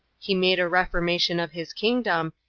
he made a reformation of his kingdom,